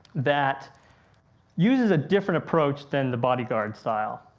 that uses a different approach than the bodyguard style.